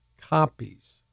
copies